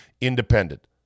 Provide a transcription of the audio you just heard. Independent